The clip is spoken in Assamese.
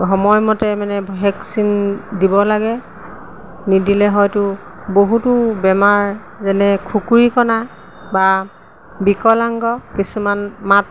সময়মতে মানে ভেকচিন দিব লাগে নিদিলে হয়তো বহুতো বেমাৰ যেনে খুকুৰিকণা বা বিকলাংগ কিছুমান মাত